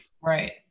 Right